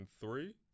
three